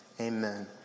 amen